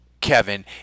Kevin